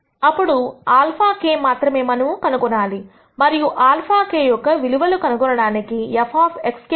అప్పుడు αk మాత్రమే మనము కనుగొనాలి మరియు αk యొక్క విలువలు కనుగొనడానికి fxk 1